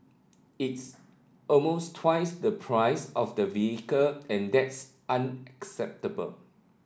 it's almost twice the price of the vehicle and that's unacceptable